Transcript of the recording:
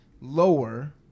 lower